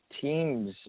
teams